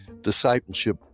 discipleship